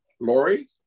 Lori